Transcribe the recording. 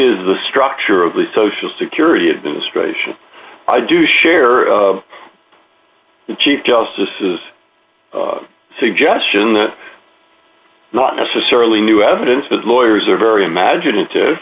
is the structure of the social security administration i do share the chief justices suggestion that not necessarily new evidence but lawyers are very imaginative